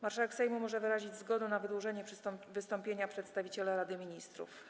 Marszałek Sejmu może wyrazić zgodę na wydłużenie wystąpienia przedstawiciela Rady Ministrów.